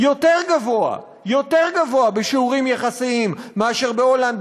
יותר גבוה בשיעורים יחסיים מאשר בהולנד,